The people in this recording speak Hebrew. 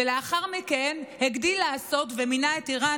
ולאחר מכן הגדיל לעשות ומינה את איראן